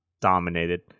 dominated